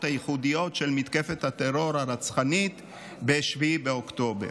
הייחודיות של מתקפת הטרור הרצחנית ב-7 באוקטובר.